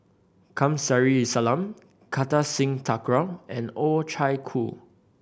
Kamsari Salam Kartar Singh Thakral and Oh Chai